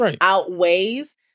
outweighs